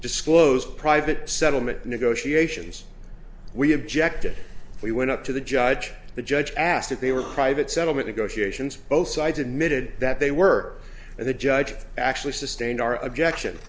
disclosed private settlement negotiations we objected we went up to the judge the judge asked if they were private settlement negotiations both sides admitted that they were and the judge actually sustained our objection